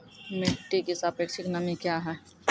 मिटी की सापेक्षिक नमी कया हैं?